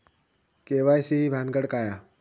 KYC ही भानगड काय?